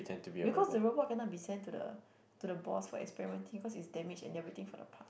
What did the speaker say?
because the robot cannot be sent to the to the boss what experimenting cause is damaged and they are waiting for the part